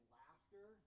laughter